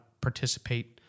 participate